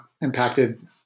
impacted